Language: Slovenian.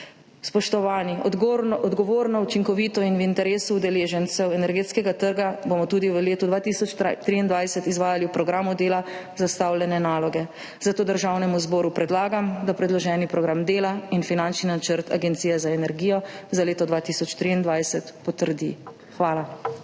Spoštovani, odgovorno, učinkovito in v interesu udeležencev energetskega trga bomo tudi v letu 2023 izvajali v programu dela zastavljene naloge, zato Državnemu zboru predlagam, da potrdi predloženi Program dela in finančni načrt Agencije za energijo za leto 2023. Hvala.